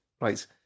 right